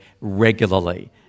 regularly